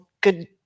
good